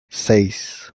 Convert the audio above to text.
seis